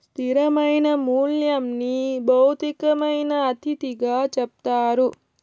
స్థిరమైన మూల్యంని భౌతికమైన అతిథిగా చెప్తారు